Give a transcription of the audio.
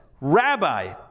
Rabbi